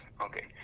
Okay